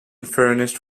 furnished